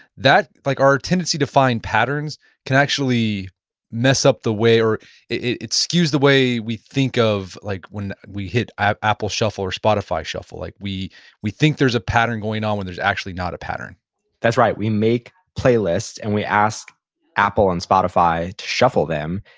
like our tendency to find patterns can actually mess up the way, it it skews the way we think of, like when we hit ah apple shuffle or spotify shuffle, like we we think there's a pattern going on when there's actually not a pattern that's right. we make playlists and we ask apple and spotify to shuffle them,